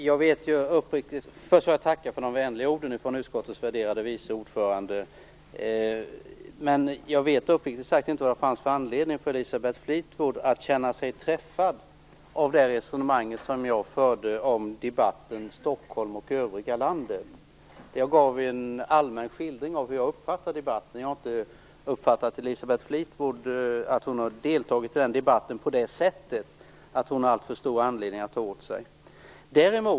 Fru talman! Först vill jag tacka för de vänliga orden från utskottets värderade vice ordförande. Men jag vet uppriktigt sagt inte vad det fanns för anledning för Elisabeth Fleetwood att känna sig träffad av det resonemang som jag förde om debatten i Stockholm och i övriga landet. Jag gav en allmän skildring av hur jag uppfattar debatten. Jag har inte uppfattat att Elisabeth Fleetwood har deltagit i den debatten på ett sätt som gör att hon har så stor anledning att ta åt sig.